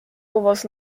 was